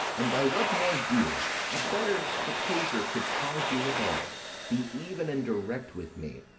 and by what more dear a better proposer could charge you withal, be even and direct with me,